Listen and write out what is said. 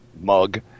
mug